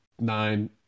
nine